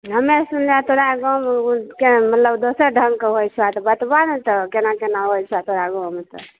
हमे सुनलियै तोरा गाँवमे के मतलब दोसर ढङ्गके होइ छौ आ तऽ बतबऽ ने केना केना होइ छौ तोरा गाँवमे तऽ